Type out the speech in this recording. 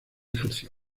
ejerció